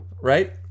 Right